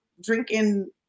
drinking